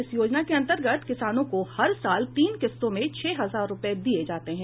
इस योजना के अंतर्गत किसानों को हर साल तीन किस्तों में छह हजार रुपये दिए जाते हैं